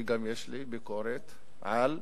יש לי ביקורת גם על